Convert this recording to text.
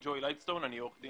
כמו שנאמר כאן,